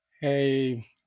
Hey